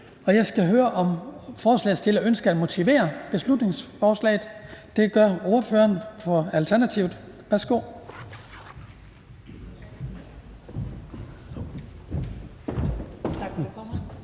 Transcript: Jeg skal høre, om forslagsstiller ønsker at motivere beslutningsforslaget. Det gør ordføreren for Alternativet.